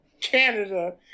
Canada